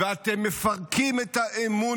ואתם מפרקים את האמון